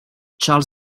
charles